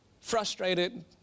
frustrated